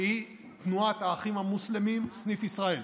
שהיא תנועת האחים המוסלמים סניף ישראל.